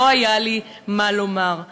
לא היה לי מה לומר.